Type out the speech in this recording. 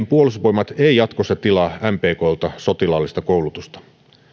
puolustusvoimat ei jatkossa tilaa mpklta sotilaallista koulutusta